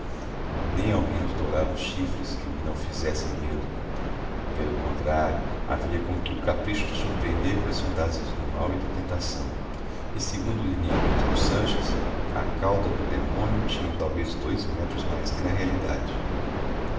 nem ao menos dourava os chifres que me não fizessem medo pelo contrário havia como que o capricho de surpreender com as fantasias do mal e da tentação e segundo o lineamento do sanches a cauda do demônio tinha talvez dois metros mais que na realidade